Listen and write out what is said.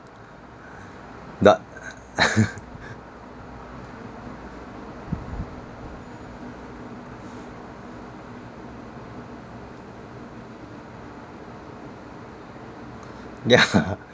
that yeah